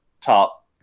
top